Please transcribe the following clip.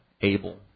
able